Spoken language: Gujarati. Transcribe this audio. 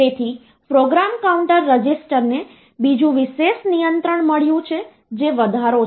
તેથી પ્રોગ્રામ કાઉન્ટર રજિસ્ટરને બીજું વિશેષ નિયંત્રણ મળ્યું છે જે વધારો છે